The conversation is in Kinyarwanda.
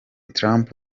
trump